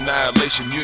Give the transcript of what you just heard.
Annihilation